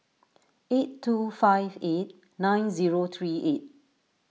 eight two five eight nine zero three eight